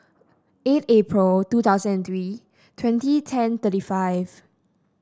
eight April two thousand and three twenty ten thirty five